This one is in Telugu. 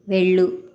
వెళ్ళు